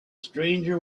stranger